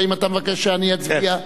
האם אתה מבקש שאני אצביע?